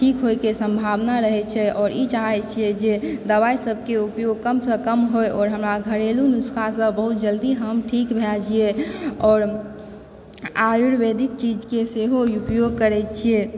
ठीक होएके सम्भावना रहए छै आओर ई चाहए छिऐ जे दवाइ सबके उपयोग कमसँ कम होए आओर हमरा घरेलू नुश्कासँ बहुत जल्दी हम ठीक भए जइऐ आओर आयुर्वेदिक चीजके सेहो उपयोग करए छिऐ